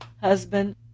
husband